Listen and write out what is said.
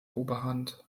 oberhand